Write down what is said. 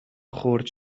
خرد